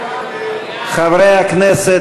חברי הכנסת,